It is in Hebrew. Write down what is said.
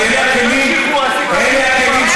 קורה אחת לכמה זמן,